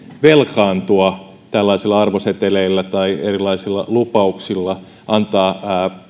velkaantua tällaisilla arvoseteleillä tai erilaisilla lupauksilla antaa